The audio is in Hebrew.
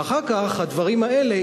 ואחר כך הדברים האלה,